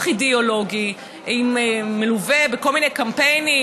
אידיאולוגי המלווה בכל מיני קמפיינים,